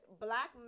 black